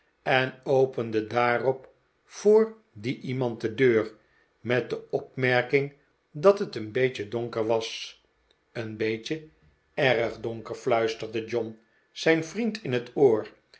en opende daarop voor dien iemand de deur met de opmerking dat het een beetje donkerwas een beetje erg donker fluisterde john zijn vriend in het oor